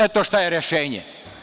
Eto šta je rešenje.